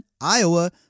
Iowa